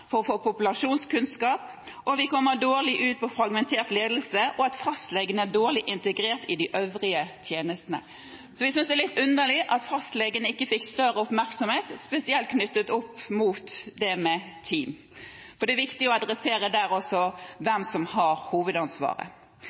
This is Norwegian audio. for å få populasjonskunnskap, og vi kommer dårlig ut når det gjelder fragmentert ledelse, og at fastlegene er dårlig integrert i de øvrige tjenestene. Så vi synes det er litt underlig at fastlegene ikke fikk større oppmerksomhet, spesielt knyttet opp mot det med team, for det er viktig også der å adressere hvem som har hovedansvaret.